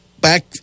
back